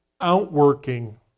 outworking